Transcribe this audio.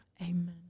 Amen